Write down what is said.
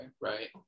right